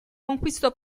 conquistò